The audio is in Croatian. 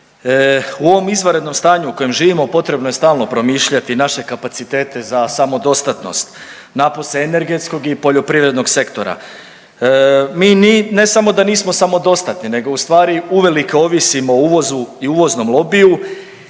u ovom izvanrednom stanju u kojem živimo potrebno je stalno promišljati naše kapacitete za samodostatnost napose energetskog i poljoprivrednog sektora. Mi ni ne samo da nismo samodostatni nego u stvari uvelike ovisimo o uvozu i uvoznom lobiju